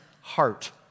heart